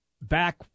back